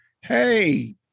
hey